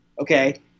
okay